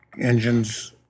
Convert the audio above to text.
engines